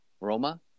Roma